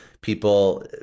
people